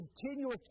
continual